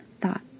thought